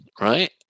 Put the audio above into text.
right